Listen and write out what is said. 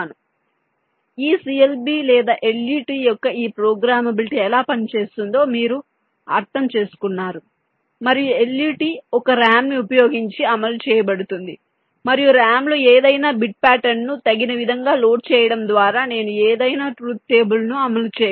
కాబట్టి ఈ CLB లేదా LUT యొక్క ఈ ప్రోగ్రామబిలిటీ ఎలా పనిచేస్తుందో మీరు అర్థం చేసుకున్నారు మరియు LUT ఒక RAM ని ఉపయోగించి అమలు చేయబడుతుంది మరియు RAM లో ఏదైనా బిట్ పాటర్న్ను తగిన విధంగా లోడ్ చేయడం ద్వారా నేను ఏదైనా ట్రూత్ టేబుల్ ను అమలు చేయగలను